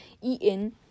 eaten